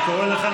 חבר הכנסת בליאק,